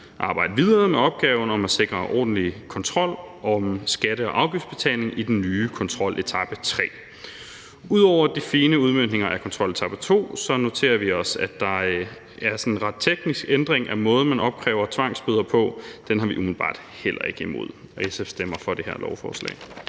arbejde videre med opgaven om at sikre ordentlig kontrol med skatte- og afgiftsbetalinger i den nye kontroletape 3. Ud over de fine udmøntninger af kontroletape 2 noterer vi os, at der er sådan en ret teknisk ændring af måden, man opkræver tvangsbøder på. Den er vi umiddelbart heller ikke imod. SF stemmer for det her lovforslag.